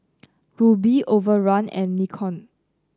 Rubi Overrun and Nikon